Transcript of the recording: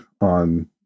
on